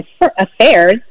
affairs